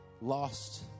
lost